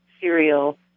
cereal